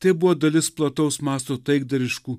tai buvo dalis plataus masto taikdariškų